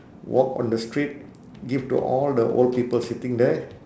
walk on the street give to all the old people sitting there